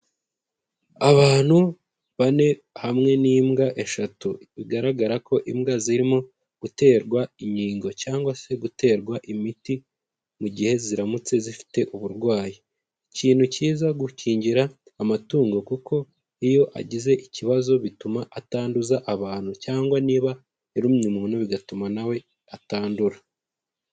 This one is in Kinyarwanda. Abantu bane hamwe n'imbwa eshatu, bigaragara ko imbwa zirimo guterwa inkingo cyangwa se guterwa imiti, mu gihe ziramutse zifite uburwayi. Ikintu kiza gukingira amatungo kuko iyo agize ikibazo bituma atanduza abantu, cyangwa niba yarumye umuntu bigatuma na we atandura.